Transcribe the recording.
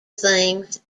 things